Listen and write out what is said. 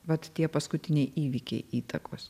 vat tie paskutiniai įvykiai įtakos